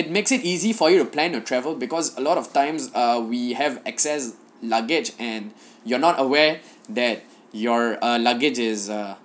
it makes it easy for you to plan your travel because a lot of times ah we have excess luggage and you're not aware that your uh luggage is err